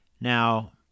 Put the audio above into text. Now